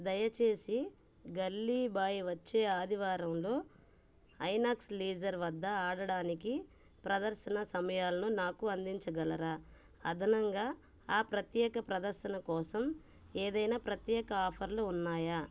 దయచేసి గల్లీ బాయ్ వచ్చే ఆదివారంలో ఐనాక్స్ లీజర్ వద్ద ఆడడానికి ప్రదర్శన సమయాలను నాకు అందించగలరా అదనంగా ఆ ప్రత్యేక ప్రదర్శన కోసం ఏదైనా ప్రత్యేక ఆఫర్లు ఉన్నాయా